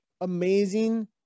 amazing